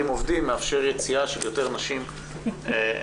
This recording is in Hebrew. עובדים מאפשר יציאה של יותר נשים לעבודה,